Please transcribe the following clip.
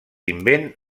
invent